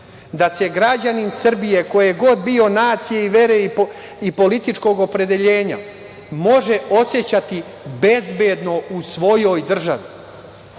da se građanin Srbije koje god bio nacije i vere i političkog opredeljenja može osećati bezbedno u svojoj državi.